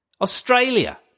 Australia